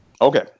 Okay